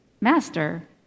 Master